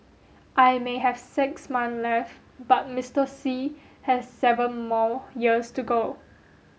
I may have six months left but Mister Xi has seven more years to go